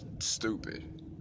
stupid